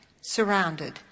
surrounded